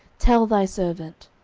tell thy servant.